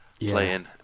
playing